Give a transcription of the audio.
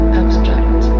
abstract